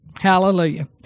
Hallelujah